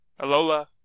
Alola